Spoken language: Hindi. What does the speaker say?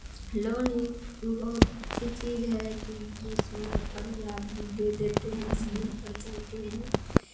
लोन एक वो बहुत अच्छी चीज़ है कि जो समय पर भी आप दे देते हैं इसमें पर चलते हैं